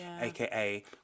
AKA